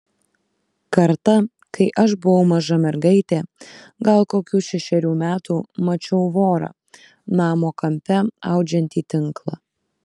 kartą kai aš buvau maža mergaitė gal kokių šešerių metų mačiau vorą namo kampe audžiantį tinklą